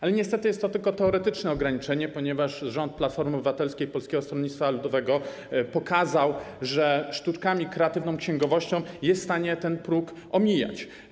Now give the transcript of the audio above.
Ale niestety jest to tylko teoretyczne ograniczenie, ponieważ rząd Platformy Obywatelskiej i Polskiego Stronnictwa Ludowego pokazał, że dzięki sztuczkom i kreatywnej księgowości jest w stanie ten próg omijać.